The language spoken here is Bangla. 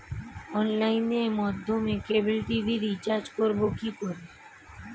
অনলাইনের মাধ্যমে ক্যাবল টি.ভি রিচার্জ করব কি করে?